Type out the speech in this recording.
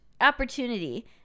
opportunity